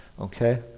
okay